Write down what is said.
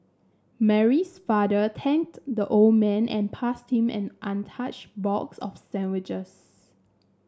Mary's father thanked the old man and passed him an untouched box of sandwiches